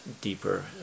deeper